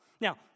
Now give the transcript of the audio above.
Now